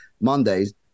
Mondays